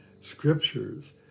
scriptures